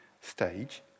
stage